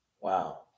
Wow